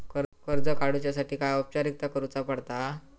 कर्ज काडुच्यासाठी काय औपचारिकता करुचा पडता?